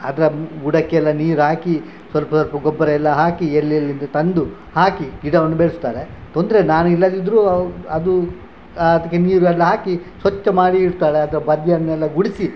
ಅದರ ಬುಡಕ್ಕೆಲ್ಲ ನೀರು ಹಾಕಿ ಸ್ವಲ್ಪ ಸ್ವಲ್ಪ ಗೊಬ್ಬರ ಎಲ್ಲ ಹಾಕಿ ಎಲ್ಲಿ ಎಲ್ಲಿಂದ ತಂದು ಹಾಕಿ ಗಿಡವನ್ನು ಬೆಳೆಸ್ತಾಳೆ ತೊಂದರೆಯಿಲ್ಲ ನಾನು ಇಲ್ಲದಿದ್ದರು ಅವು ಅದು ಅದಕ್ಕೆ ನೀರೆಲ್ಲ ಹಾಕಿ ಸ್ವಚ್ಛ ಮಾಡಿ ಇಡ್ತಾಳೆ ಅದರ ಬದಿಯನ್ನೆಲ್ಲ ಗುಡಿಸಿ